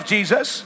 Jesus